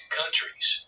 countries